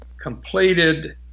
completed